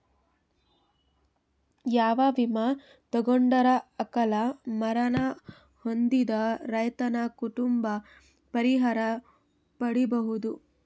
ಯಾವ ವಿಮಾ ತೊಗೊಂಡರ ಅಕಾಲ ಮರಣ ಹೊಂದಿದ ರೈತನ ಕುಟುಂಬ ಪರಿಹಾರ ಪಡಿಬಹುದು?